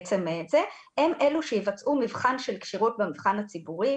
הם אלה שיבצעו מבחן של כשירות במבחן הציבורי,